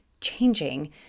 changing